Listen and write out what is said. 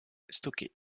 stocker